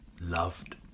Loved